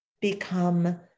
become